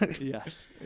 Yes